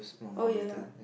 oh ya ya